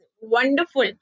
wonderful